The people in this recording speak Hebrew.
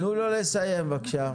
תנו לו לסיים, בבקשה.